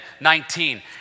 19